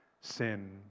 sin